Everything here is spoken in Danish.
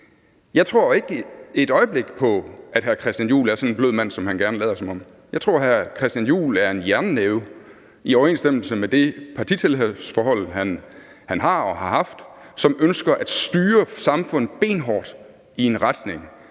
Jeg tror ikke et øjeblik på, at hr. Christian Juhl er sådan en blød mand, som han lader som om. Jeg tror, at hr. Christian Juhl er en jernnæve i overensstemmelse med det partitilhørsforhold, han har og har haft – et parti, som ønsker at styre samfundet benhårdt i en retning,